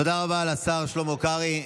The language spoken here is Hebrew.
תודה רבה לשר שלמה קרעי.